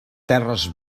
terres